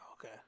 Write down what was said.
Okay